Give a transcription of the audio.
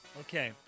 Okay